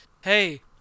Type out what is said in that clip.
hey